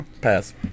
pass